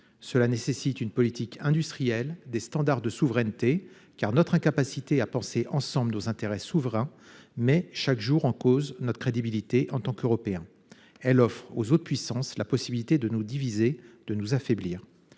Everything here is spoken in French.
Cela nécessite une politique industrielle des standards de souveraineté, car notre incapacité à penser ensemble nos intérêts souverains, mais chaque jour en cause notre crédibilité en tant qu'Européen, elle offre aux autres puissances, la possibilité de nous diviser, de nous affaiblir.